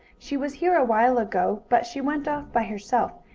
she was here a while ago, but she went off by herself,